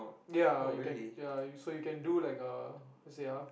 ya you can ya so you do like a how to say ah